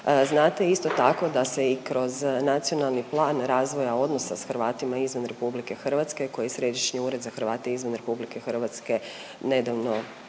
Znate isto tako da se i kroz Nacionalni plan razvoja odnosa s Hrvatima izvan RH koji Središnji ured za Hrvate izvan RH nedavno